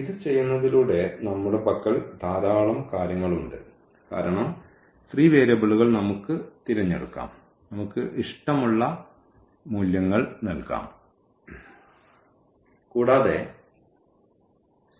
ഇത് ചെയ്യുന്നതിലൂടെ നമ്മുടെ പക്കൽ ധാരാളം കാര്യങ്ങൾ ഉണ്ട് കാരണം ഫ്രീ വേരിയബിളുകൾ നമുക്ക് തിരഞ്ഞെടുക്കാം നമുക്ക് ഇഷ്ടമുള്ള മൂല്യങ്ങൾ നൽകാം കൂടാതെ